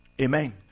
amen